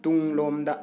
ꯇꯨꯡꯂꯣꯝꯗ